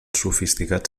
sofisticat